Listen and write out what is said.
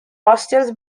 hostels